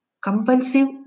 compulsive